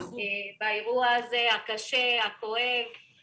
באירוע הקשה והכואב הזה.